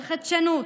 על חדשנות,